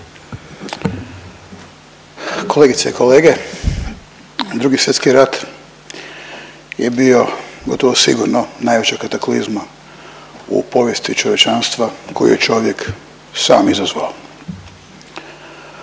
Kolegice i kolege, II. Svjetski rat je bio gotovo sigurno najveća kataklizma u povijesti čovječanstva koju je čovjek sam izazvao,